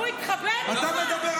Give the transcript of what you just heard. --- הוא יתחבא ממך --- אתה מדבר?